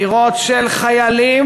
דירות של חיילים,